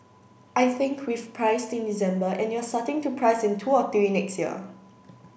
I think we've priced in December and you're starting to price in two or three next year